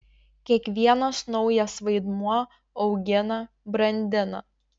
kiekvienas naujas vaidmuo augina brandina